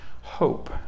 hope